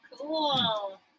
cool